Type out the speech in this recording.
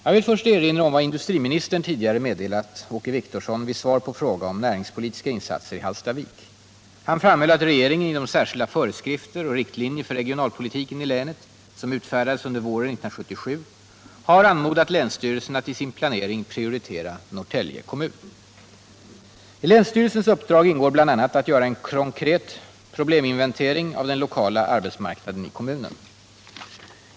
Jag vill först erinra om vad industriministern tidigare meddelat Åke Wictorsson vid svar på fråga om näringspolitiska insatser i Hallstavik. Han framhöll att regeringen i de särskilda föreskrifter och riktlinjer för regionalpolitiken i länet som utfärdades under våren 1977 har anmodat länsstyrelsen att i sin planering prioritera Norrtälje kommun. I länsstyrelsens uppdrag ingår bl.a. att göra en konkret probleminventering av den lokala arbetsmarknaden i kommunen.